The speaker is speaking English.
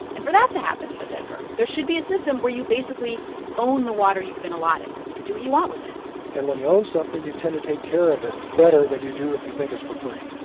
and for that to happen, says edgar, there should be a system where you basically own the water you've been allotted. you can do what you want with it and when you own something, you tend to take care of it better than you do if you think it's for free.